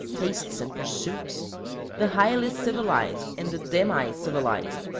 tastes, and pursuits the highly-civilized and the demi-civilized,